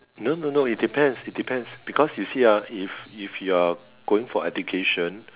no no no it depends it depends because you see ah if if you are going for education